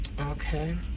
Okay